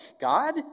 God